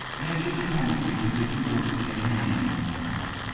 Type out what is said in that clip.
they're disappointed because they couldn't go to see the hanging, that's what it is.